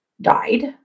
died